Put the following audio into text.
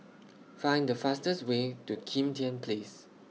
Find The fastest Way to Kim Tian Place